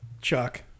Chuck